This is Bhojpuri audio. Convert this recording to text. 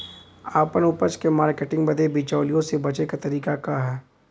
आपन उपज क मार्केटिंग बदे बिचौलियों से बचे क तरीका का ह?